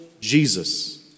Jesus